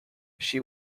she